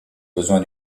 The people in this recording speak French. besoin